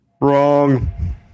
Wrong